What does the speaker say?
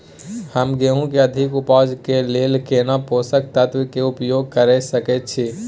हम गेहूं के अधिक उपज के लेल केना पोषक तत्व के उपयोग करय सकेत छी?